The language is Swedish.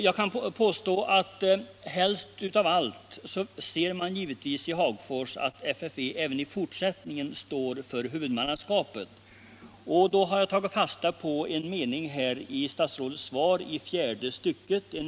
Jag vågar påstå att man i Hagfors givetvis helst av allt ser att FFV även i fortsättningen står för huvudmannaskapet. Jag har tagit fasta på en mening i fjärde stycket i statsrådets svar.